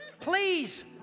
Please